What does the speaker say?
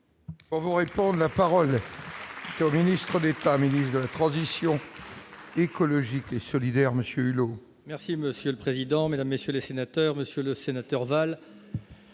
Vous répondent : la parole Corinne Istres d'État, ministre de la transition écologique et solidaire monsieur Hulot. Merci monsieur le président, Mesdames, messieurs les sénateurs, Monsieur le Sénateur Val.